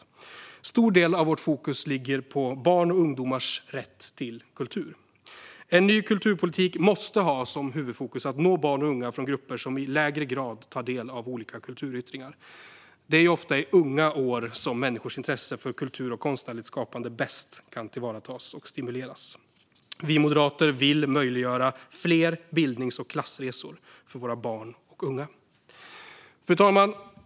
En stor del av vårt fokus ligger på barns och ungdomars rätt till kultur. En ny kulturpolitik måste ha som huvudfokus att nå barn och unga från grupper som i lägre grad tar del av olika kulturyttringar. Det är ofta i unga år som människors intresse för kultur och konstnärligt skapande bäst kan tillvaratas och stimuleras. Vi moderater vill möjliggöra fler bildnings och klassresor för våra barn och unga. Fru talman!